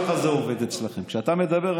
ככה זה עובד אצלכם: כשאתה מדבר,